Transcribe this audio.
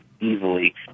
easily